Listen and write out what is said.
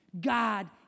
God